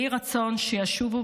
יהי רצון שישובו